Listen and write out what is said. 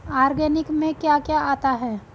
Organic में क्या क्या आता है?